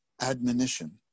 admonition